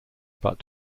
but